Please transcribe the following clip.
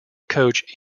coach